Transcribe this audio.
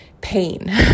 pain